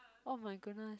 oh-my-goodness